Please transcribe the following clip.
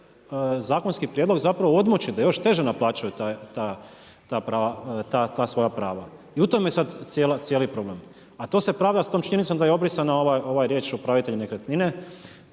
zakonski prijedlog zapravo odmoći da još teže naplaćuju ta svoja prava. I u tome je sad cijeli problem. A to se pravda sa tom činjenicom da je obrisana ova riječ „upravitelj nekretnine“